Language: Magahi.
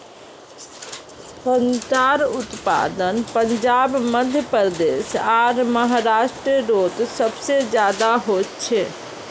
संत्रार उत्पादन पंजाब मध्य प्रदेश आर महाराष्टरोत सबसे ज्यादा होचे